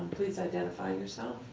please identify yourself.